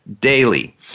daily